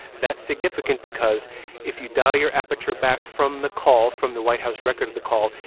that's significant because if you dial your aperture back from the call from the white house record of the call,